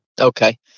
Okay